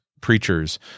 preachers